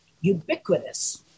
ubiquitous